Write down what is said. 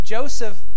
Joseph